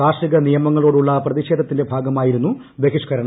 കാർഷിക നിയമങ്ങളോടുള്ള പ്രതിഷേധത്തിന്റെ ഭാഗമായിരുന്നു ബഹിഷ്കരണം